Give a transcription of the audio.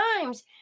times